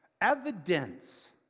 Evidence